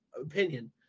opinion